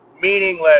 meaningless